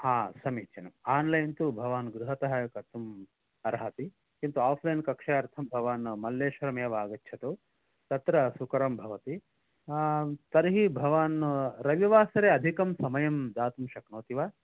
हा समीचीनम् आन्लैन् तु भवान् गृहतः कर्तुम् अर्हति किन्तु आफ़्लैन् कक्षार्थं भवान् मल्लेश्वरं एव आगच्छतु तत्र सुकरं भवति तर्हि भवान् रविवासरे अधिकं समयं दातुं शक्नोति वा